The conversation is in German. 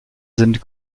sind